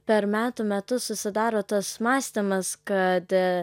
per metų metus susidaro tas mąstymas kad